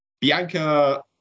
Bianca